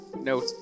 no